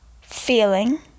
feeling